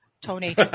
Tony